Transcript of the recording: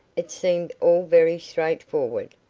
it seemed all very straightforward,